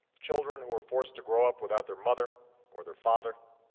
children who were forced to grow up without their mother or their father.